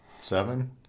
seven